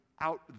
out